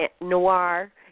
noir